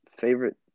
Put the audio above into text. Favorite